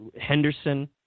Henderson